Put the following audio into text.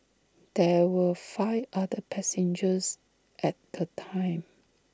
there were five other passengers at the time